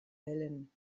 allen